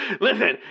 Listen